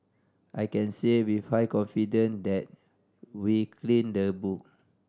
I can say with high confidence that we've cleaned the book